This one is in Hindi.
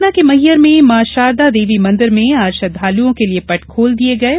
सतना के मैहर में मां शारदा देवी मंदिर में आज श्रद्धालुओं के लिये पट खोल दिये गये हैं